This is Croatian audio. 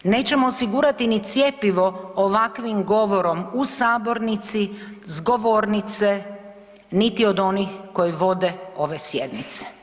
Nećemo osigurati ni cjepivo ovakvim govorom u sabornici, s govornice, niti od onih koji vode ove sjednice.